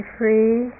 free